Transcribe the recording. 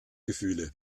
gefühle